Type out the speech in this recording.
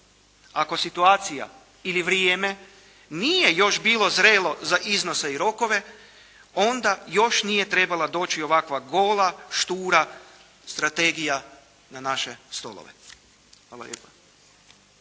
Ako situacija ili vrijeme nije još bilo zrelo za iznose i rokove onda još nije trebala doći ovakva gola, štura strategija na naše stolove. Hvala lijepa.